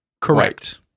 Correct